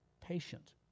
patient